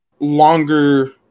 longer